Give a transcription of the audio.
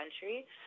country